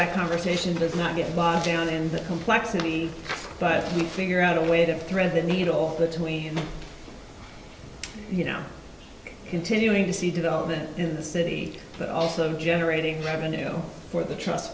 that conversation does not get bogged down in the complexity but figure out a way to thread the needle between you know continuing to see development in the city but also generating revenue for the trust